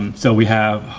so we have